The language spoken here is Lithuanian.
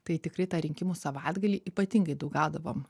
tai tikrai tą rinkimų savaitgalį ypatingai daug gaudavom